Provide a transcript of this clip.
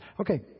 Okay